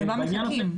אז למה מחכים?